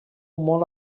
molt